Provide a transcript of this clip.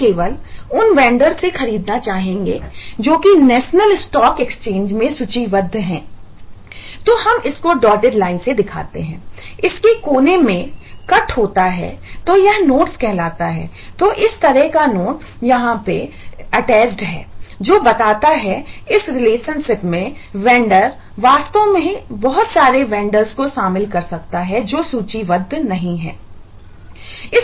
हम केवल उन वेंडर्स को शामिल कर सकता है जो सूचीबद्ध नहीं है